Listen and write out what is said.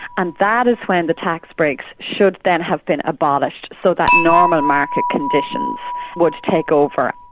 and that is when the tax breaks should then have been abolished, so that normal market conditions would take over.